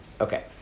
Okay